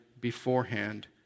beforehand